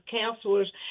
counselors